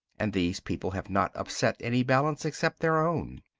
and these people have not upset any balance except their own.